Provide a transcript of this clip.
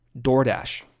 DoorDash